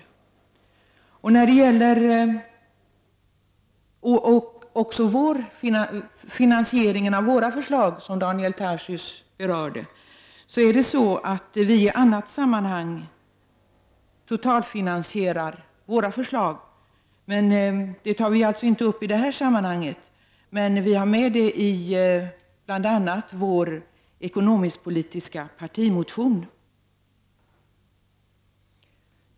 Daniel Tarschys berörde finansieringen av centerpartiets förslag. Vi totalfinansierar våra förslag, men den diskussionen skall vi ta upp i ett annat sammanhang. Finansieringen finns med i bl.a. vår ekonomisk-politiska partimotion.